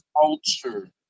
culture